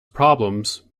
problems